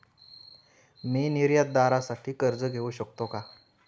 मी निर्यातदारासाठी कर्ज घेऊ शकतो का?